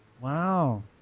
Wow